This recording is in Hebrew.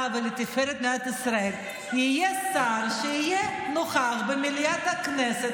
ולתפארת מדינת ישראל יהיה נוכח שר במליאת הכנסת